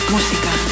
Música